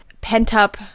pent-up